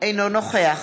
אינו נוכח